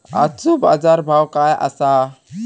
आजचो बाजार भाव काय आसा?